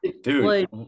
Dude